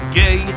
gay